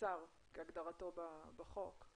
השר כהגדרתו בחוק,